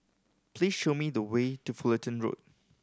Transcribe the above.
please show me the way to Fullerton Road